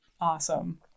Awesome